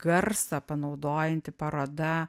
garsą panaudojanti paroda